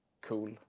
cool